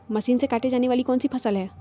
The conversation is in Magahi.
मशीन से काटे जाने वाली कौन सी फसल है?